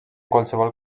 qualsevol